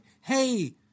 hey